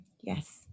Yes